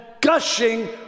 gushing